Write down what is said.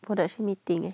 production meeting eh